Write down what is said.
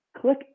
click